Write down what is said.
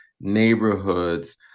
neighborhoods